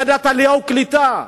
לוועדת העלייה והקליטה,